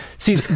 See